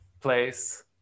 place